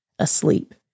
asleep